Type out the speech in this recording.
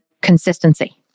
consistency